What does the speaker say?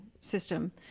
system